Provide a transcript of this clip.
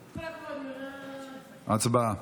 הצבעה.